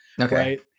Okay